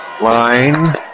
line